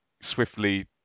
swiftly